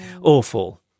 Awful